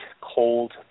cold